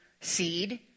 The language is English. seed